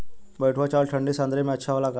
बैठुआ चावल ठंडी सह्याद्री में अच्छा होला का?